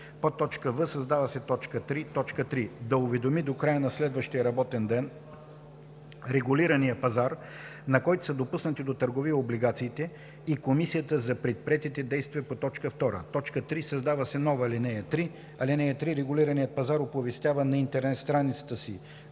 заем.”; в) създава се т. 3: „3. да уведоми до края на следващия работен ден регулирания пазар, на който са допуснати до търговия облигациите, и комисията за предприетите действия по т. 2.“ 3. Създава се нова ал. 3: „(3) Регулираният пазар оповестява на интернет страницата си